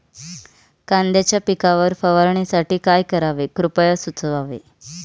कांद्यांच्या पिकावर फवारणीसाठी काय करावे कृपया सुचवावे